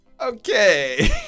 Okay